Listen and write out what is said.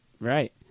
Right